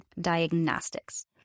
diagnostics